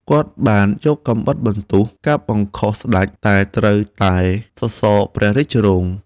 គាត់បានយកកាំបិតបន្ទោះកាប់បង្ខុសស្ដេច តែត្រូវតែសសរព្រះរាជរោង។